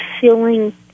feeling